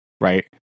right